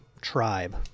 tribe